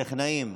טכנאים,